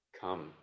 come